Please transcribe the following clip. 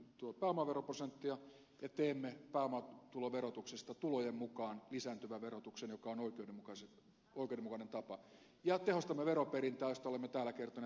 nostamme pääomaveroprosenttia ja teemme pääomatuloverotuksesta tulojen mukaan lisääntyvän verotuksen joka on oikeudenmukainen tapa ja tehostamme veroperintää josta olemme täällä kertoneet eräitä esimerkkejä